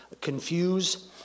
confuse